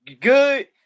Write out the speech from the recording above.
good